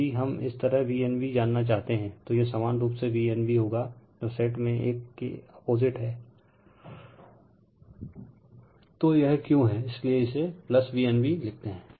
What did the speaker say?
यदि हम इसी तरह Vnb जानना चाहते हैं तो यह समान रूप से Vnb होगा जो सेट में एक के अपोजिट हैं रिफर टाइम 2418 तो यह क्यों हैं इसीलिए इसे Vnb लिखते हैं